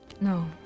No